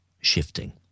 shifting